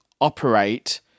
operate